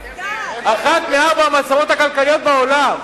אחת מארבע המעצמות הכלכליות בעולם.